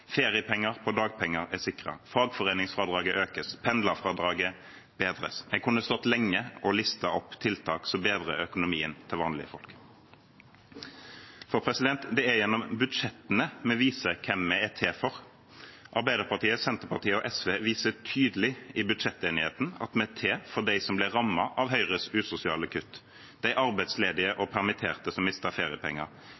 feriepenger på dagpenger er sikret, fagforeningsfradraget økes, pendlerfradraget bedres – jeg kunne stått lenge og listet opp tiltak som bedrer økonomien til vanlige folk. Det er gjennom budsjettene vi viser hvem vi er til for. Arbeiderpartiet, Senterpartiet og SV viser tydelig i budsjettenigheten at vi er til for dem som ble rammet av Høyres usosiale kutt – de arbeidsledige